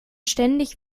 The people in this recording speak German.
ständig